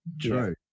True